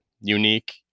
unique